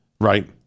Right